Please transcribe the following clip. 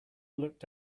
looked